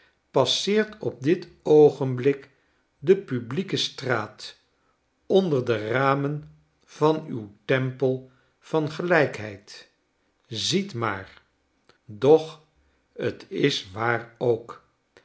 passeert op dit oogenblik de publieke straat onder de ramen van uw tempel van gelijkheid ziet maar doch t is waar ook